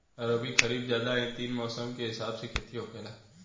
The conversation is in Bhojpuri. रबी, खरीफ, जायद इ तीन मौसम के हिसाब से खेती होखेला